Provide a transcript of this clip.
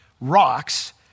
rocks